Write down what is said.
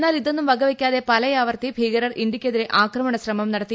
എന്നാൽ ഇതൊന്നും വകവയ്ക്കാതെ പലയാവർത്തി ഭീകരർ ഇന്ത്യയ്ക്കെതിരെ ആക്രമണ ശ്രമം നടത്തി